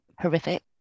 horrific